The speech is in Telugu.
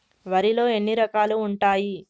వరిలో ఎన్ని రకాలు ఉంటాయి?